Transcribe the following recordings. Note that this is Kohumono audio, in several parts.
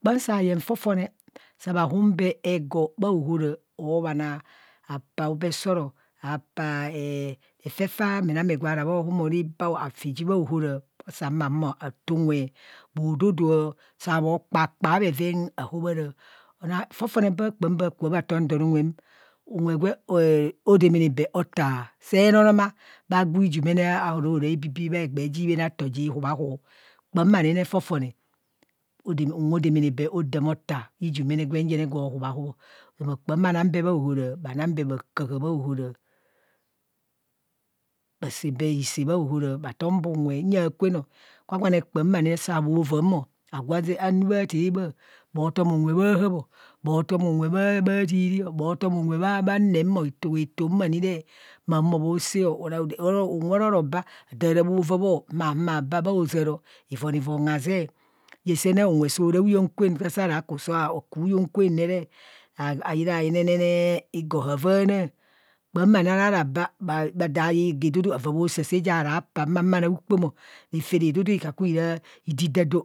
Kpam saa yeng fofone bha hum bee ego bha ahara obhanaa apaa ubesoro, apaa refefe a merame iwa ra bho humoo. ara ibao, afi ji bha ohora, afi ma huma ataa unwe. Bho dodoa, saa bho kpaa kpaa bheven bha hobhara ona fofone bha kpaam bee kubho bhatim donunwe m, unwe gwe odamene bee ota, see nonoma bha gwu jumene lorora gwa bibii bhe gbee ji bhen aeto ji hubhahu kpam ani re fofone unwe odomane bee odam ota yamene gwen jen gwo hubhahub ọ. Ozama kpaam bha nang bee bha ohora. gha nang bee bha kaha bha ohora. Bha saa bee isen bha ohora, bha tom bee unwe huyeng akwen o gwagwane kpam saa mo vaa mo, agwo anuu bha taabha bho toom unwe bha hạạp o, bho toom unwe bha tiizii o, bho toom unwe bha nemo etohoto ma ni re, ma hubo mo saa, unwe ororo baa adaa ra vaa bho ma humo abaa baa ozaaro ivonivon, zazee. ẏesunne unwe sora huyeng kwen, kwa saaro ku so ra hyeng kwen nere ayine yinere igo haveana, kpam ani aaraba adaa ye igo idudu avaa bho saa saa ja raa paa ma nang ukpomo, refe idudu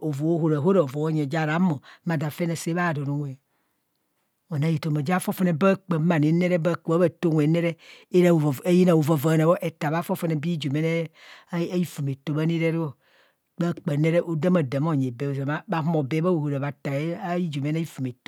odoo horaho ja raa humo asaa bha donunwe. ana etoma ja fofone bhaa kpam bha ku bha taa unwem ne re, eying hovavaana mo eta bha fofone bhi jumene aifumeto bhani ma ni ru bhaa kpam odamadam onyi bee ozam bha humo bee bha ohara bhata btu jumene aifumeto.